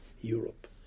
Europe